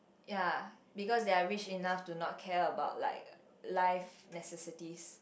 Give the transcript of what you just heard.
ya because they're rich enough to not care about like life necessities